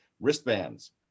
wristbands